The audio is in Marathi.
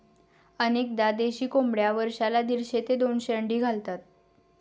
अनेकदा देशी कोंबड्या वर्षाला दीडशे ते दोनशे अंडी घालतात